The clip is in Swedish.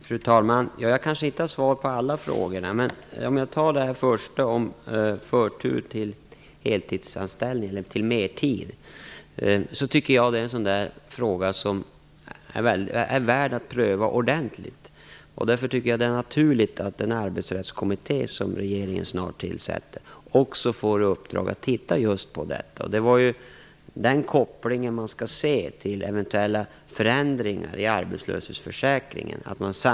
Fru talman! Jag har kanske inte svar på alla frågorna. Men när det gäller den första frågan om förtur till mertid tycker jag att det är en fråga som är värd att pröva ordentligt. Därför tycker jag att det är naturligt att den arbetsrättskommitté som regeringen snart tillsätter också får i uppdrag att titta just på detta. Det är ju kopplingen till eventuella förändringar i arbetslöshetsförsäkringen som man måste se.